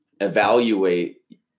evaluate